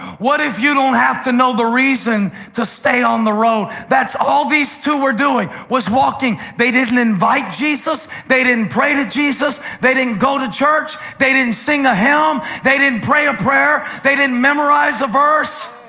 what if you don't have to know the reason to stay on the road? that's all these two were doing walking. they didn't invite jesus. they didn't pray to jesus. they didn't go to church. they didn't sing a hymn. they didn't pray a prayer. they didn't memorize a verse.